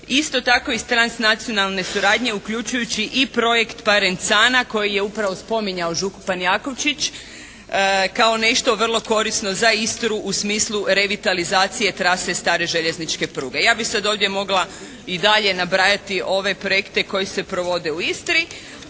Isto tako iz trans nacionalne suradnje uključujući i projekt "Parencana" koji je upravo spominjao župan Jakovčić kao nešto vrlo korisno za Istru u smislu revitalizacije trase stare željezničke pruge. Ja bih sada ovdje mogla i dalje nabrajati ove projekte koji se provode u Istri,